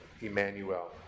Emmanuel